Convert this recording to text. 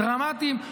דרמטיים.